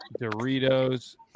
Doritos